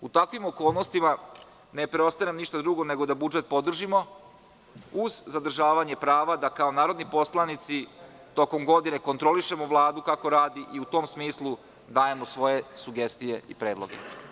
U takvim okolnostima ne preostaje nam ništa drugo nego da budžet podržimo uz zadržavanje prava da kao narodni poslanici tokom godine kontrolišemo Vladu kako radi i u tom smislu dajemo svoje sugestije i predloge.